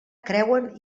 creuen